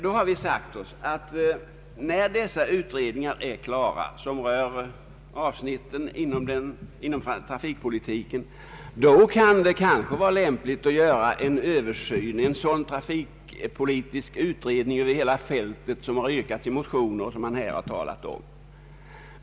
Vi har sagt oss att när de utredningar är klara som rör avsnitten inom trafikpolitiken kan det kanske vara lämpligt att göra en sådan trafikpolitisk utredning över hela fältet som har påyrkats i motioner och som man här talat om.